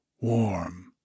warm